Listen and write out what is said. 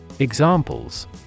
Examples